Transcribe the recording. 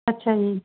ਅੱਛਾ ਜੀ